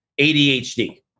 ADHD